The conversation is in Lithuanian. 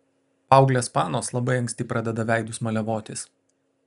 paauglės panos labai anksti pradeda veidus maliavotis